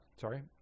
Sorry